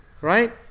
Right